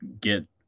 get